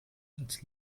als